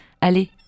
Allez